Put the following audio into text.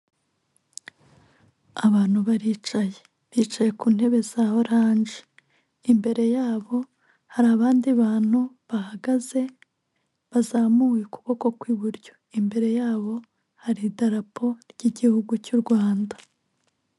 Abantu baricaye, bicaye ku ntebe za oranje, imbere yabo hari abandi bantu bahagaze bazamuye ukuboko kw'iburyo, imbere yabo hari idarapo ry'Igihugu cy'u Rwanda.